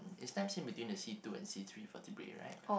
it snaps in between the C Two and C Three for vertebrae right